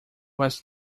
was